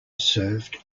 served